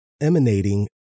emanating